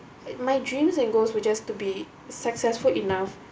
and my dreams and goals were just to be successful enough